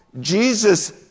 Jesus